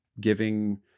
giving